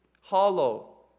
hollow